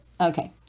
okay